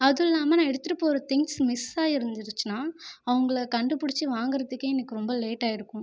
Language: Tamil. அதுல்லாமல் நான் எடுத்துகிட்டு போகிற திங்ஸ் மிஸ்ஸாயிருந்துச்சுனா அவங்கள கண்டுபுடிச்சு வாங்குறதுக்கே எனக்கு ரொம்ப லேட்டாகியிருக்கும்